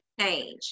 change